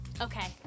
Okay